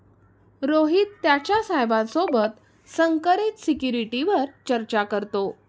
रोहित त्याच्या साहेबा सोबत संकरित सिक्युरिटीवर चर्चा करतो